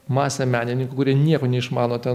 masė menininkų kurie nieko neišmano